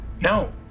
No